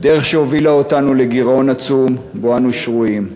דרך שהובילה אותנו לגירעון עצום, שבו אנו שרויים,